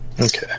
Okay